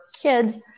kids